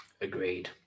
Agreed